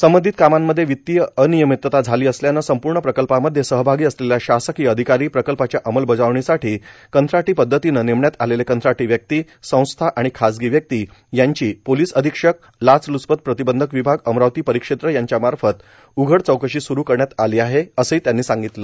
संबंधित कामामध्ये वितीय अनियमितता झाली असल्याने संपूर्ण प्रकल्पामध्ये सहभागी असलेल्या शासकीय अधिकारी प्रकल्पाच्या अंमलबजावणीसाठी कंत्राटी पदधतीने नेमण्यात आलेले कंत्राटी व्यक्ती संस्था आणि खासगी व्यक्ती यांची पोलीस अधीक्षक लाचल्चपत प्रतिबंधक विभाग अमरावती परिक्षेत्र यांच्यामार्फत उघड चौकशी सुरु करण्यात आली आहे असेही त्यांनी सांगितले